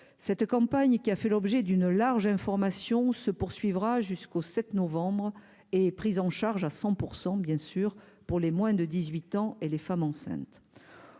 cette campagne qui a fait l'objet d'une large information se poursuivra jusqu'au 7 novembre et prise en charge à 100 % bien sûr pour les moins de 18 ans et les femmes enceintes